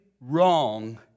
wrong